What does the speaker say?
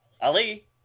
ali